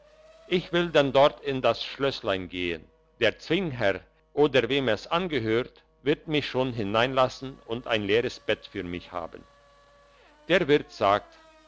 ich will denn dort in das schlösslein gehen der zwingherr oder wem es angehört wird mich schon hineinlassen und ein leeres bett für mich haben der wirt sagt